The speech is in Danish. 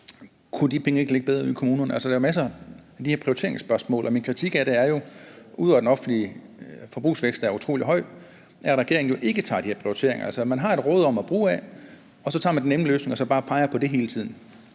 af de her prioriteringsspørgsmål. Og min kritik af det er jo, ud over at den offentlige forbrugsvækst er utrolig høj, at regeringen jo ikke tager de her prioriteringer, altså at man har et råderum at bruge af, og så tager man den nemme løsning og bare peger på det hele tiden.